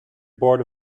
board